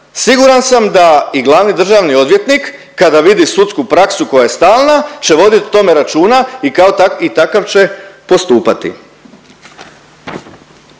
Siguran sam da i glavni državni odvjetnik kada vidi sudsku praksu koja je stalna će vodit o tome računa i kao ta… i takav će postupati.